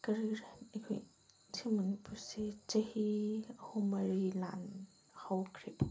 ꯀꯔꯤꯔꯥ ꯑꯩꯈꯣꯏ ꯁꯤ ꯃꯅꯤꯄꯨꯔꯁꯦ ꯆꯍꯤ ꯑꯍꯨꯝ ꯃꯔꯤ ꯂꯥꯟ ꯍꯧꯈ꯭ꯔꯦꯕꯀꯣ